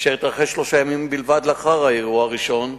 אשר התרחש שלושה ימים בלבד לאחר האירוע הראשון,